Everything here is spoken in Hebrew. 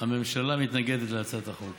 הממשלה מתנגדת להצעת החוק